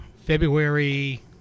February